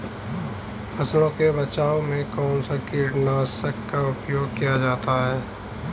फसलों के बचाव में कौनसा कीटनाशक का उपयोग किया जाता है?